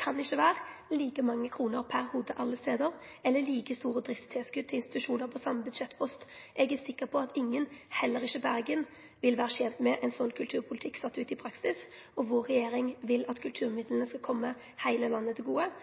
kan ikkje vere like mange kroner per hovud alle stader, eller like store driftstilskot til institusjonar på same budsjettpost. Eg er sikker på at ingen, heller ikkje Bergen, ville vere tent med å sjå ein slik kulturpolitikk sett ut i praksis. Vår regjering vil at